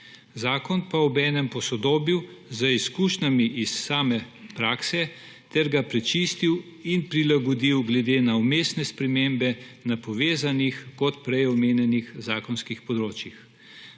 zakon pa obenem posodobil z izkušnjami iz same prakse ter ga prečistil in prilagodil glede na vmesne spremembe na prej omenjenih povezanih zakonskih področjih.